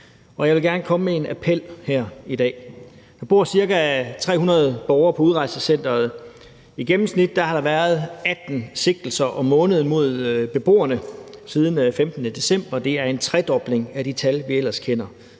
Jeg vil gerne komme med en appel her i dag. Der bor ca. 300 borgere på udrejsecenteret. Siden den 5. december har der i gennemsnit været 18 sigtelser om måneden mod beboerne – det er en tredobling af de tal, vi ellers kender.